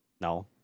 No